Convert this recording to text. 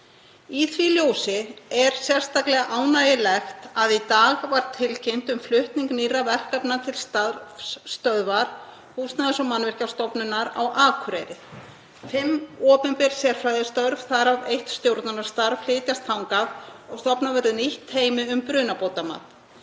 Í því ljósi er sérstaklega ánægjulegt að í dag var tilkynnt um flutning nýrra verkefna til starfsstöðvar Húsnæðis- og mannvirkjastofnunar á Akureyri. Fimm opinber sérfræðistörf, þar af eitt stjórnunarstarf, flytjast þangað og stofnað verður nýtt teymi um brunabótamat.